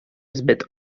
zbyt